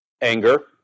Anger